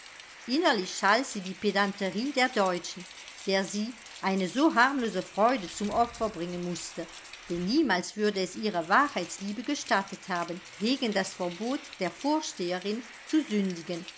innerlich schalt sie die pedanterie der deutschen der sie eine so harmlose freude zum opfer bringen mußte denn niemals würde es ihre wahrheitsliebe gestattet haben gegen das verbot der vorsteherin zu sündigen